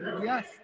Yes